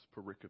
pericope